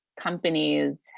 companies